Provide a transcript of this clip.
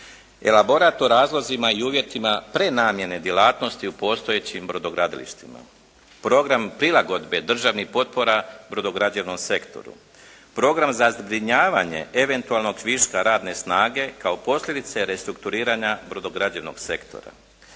Elaborat o razlozima i uvjetima prenamjene djelatosti u postojećim brodogradilištima, program prilagodbe državnih potpora brodograđevnom sektoru, program za zbrinjavanje eventualnog viška radne snage kao posljedice restrukturiranja brodograđevnog sektora,